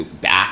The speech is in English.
back